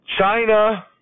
China